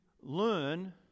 learn